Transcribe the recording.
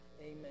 Amen